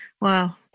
Wow